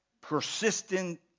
persistent